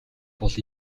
бол